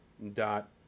dot